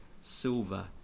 silver